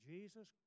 Jesus